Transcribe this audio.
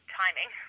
timing